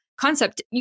concept